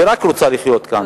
ורק רוצה לחיות כאן.